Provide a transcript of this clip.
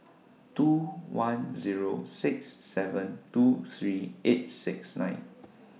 two one Zero six seven two three eight six nine